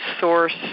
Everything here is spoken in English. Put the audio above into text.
source